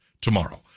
tomorrow